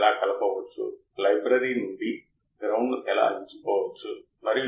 చాలా సులభం సరియైనది చాలా సులభం